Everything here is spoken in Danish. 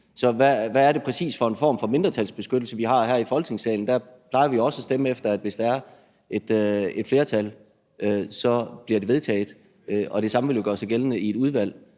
Så hvad er det præcis for en form for mindretalsbeskyttelse, vi har her i Folketingssalen? Der plejer det også at være sådan, når vi stemmer, at hvis der er et flertal, bliver det vedtaget, og det samme vil jo gøre sig gældende i et udvalg.